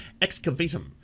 excavatum